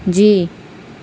جی